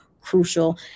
crucial